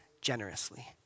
generously